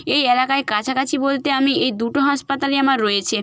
এই এলাকায় কাছাকাছি বলতে আমি এই দুটো হাসপাতালই আমার রয়েছে